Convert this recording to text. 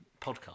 podcast